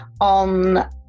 on